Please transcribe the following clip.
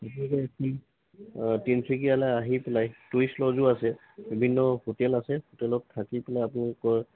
তিনিচুকীয়ালৈ আহি পেলাই টুৰিষ্ট লজো আছে বিভিন্ন হোটেল আছে হোটেলত থাকি পেলাই আপোনালোকৰ